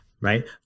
Right